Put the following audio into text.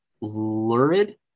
lurid